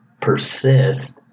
persist